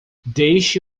deixe